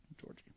Georgie